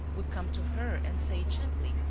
would come to her and say gently,